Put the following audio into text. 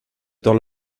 temps